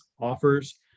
offers